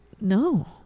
no